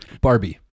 Barbie